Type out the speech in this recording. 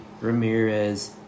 Ramirez